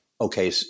okay